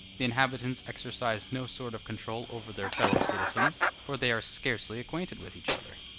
the inhabitants exercise no sort of control over their fellow-citizens, for they are scarcely acquainted with each other.